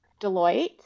Deloitte